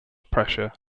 pressure